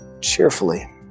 cheerfully